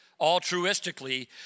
altruistically